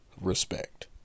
respect